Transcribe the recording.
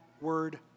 word